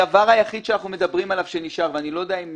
הדבר היחיד שאנחנו מדברים עליו שנשאר ואני לא יודע אם